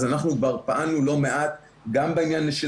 אנחנו כבר פעלנו לא מעט גם בעניין של